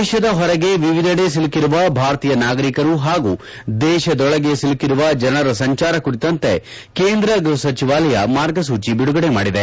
ದೇಶದ ಹೊರಗೆ ವಿವಿಧೆಡೆ ಸಿಲುಕಿರುವ ಭಾರತೀಯ ನಾಗರಿಕರು ಹಾಗೂ ದೇಶದೊಳಗೆ ಸಿಲುಕಿರುವ ಜನರ ಸಂಚಾರ ಕುರಿತಂತೆ ಕೇಂದ್ರ ಗೃಹ ಸಚಿವಾಲಯ ಮಾರ್ಗಸೂಚಿ ಬಿದುಗಡೆ ಮಾಡಿದೆ